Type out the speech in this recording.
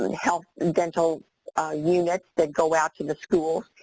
and health and dental ah units that go out to the school.